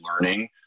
learning